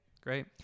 great